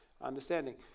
understanding